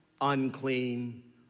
unclean